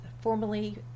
formerly